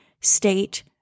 state